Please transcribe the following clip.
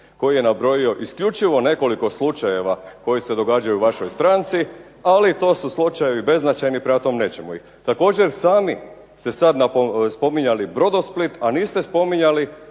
koji je nabrojio isključivo nekoliko slučajeva koji se događaju u vašoj stranci, ali to su slučajevi beznačajni prema tome nećemo ih. Također sami ste sada spominjali "Brodosplit", a niste spominjali